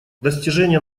достижение